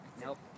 nope